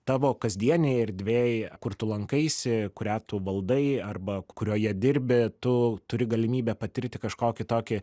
tavo kasdienėj erdvėj kur tu lankaisi kurią tu valdai arba kurioje dirbi tu turi galimybę patirti kažkokį tokį